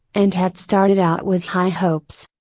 and had started out with high hopes.